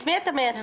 את מי אתה מייצג?